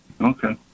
Okay